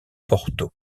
porto